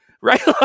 right